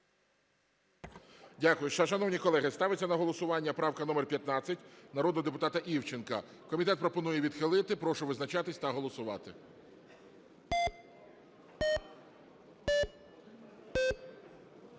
Дякую. Шановні колеги, ставиться на голосування правка номер 13 народного депутата Кириленка, комітет пропонує відхилити. Прошу визначатись та голосувати.